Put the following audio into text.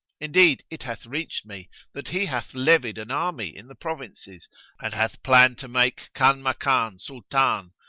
indeed it hath reached me that he hath levied an army in the provinces and hath planned to make kanmakan sultan,